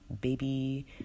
baby